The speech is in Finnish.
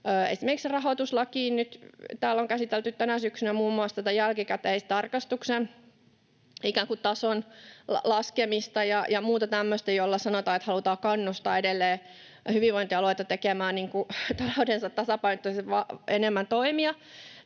esimerkiksi rahoituslakia ja muun muassa tätä jälkikäteistarkastuksen ikään kuin tason laskemista ja muuta tämmöistä, jolla sanotaan, että halutaan kannustaa edelleen hyvinvointialueita tekemään enemmän talouttansa tasapainottavia toimia.